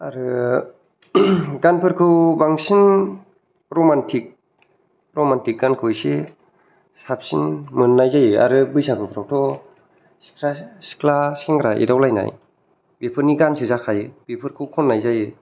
आरो गानफोरखौ बांसिन रमान्टिक रमान्टिक गानखौ एसे साबसिन मोननाय जायो आरो बैसागुफ्रावथ' सिख्ला सिख्ला सेंग्रा एदावलायनाय बेफोरनि गानसो जाखायो बेफोरखौ खननाय जायो